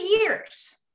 years